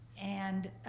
and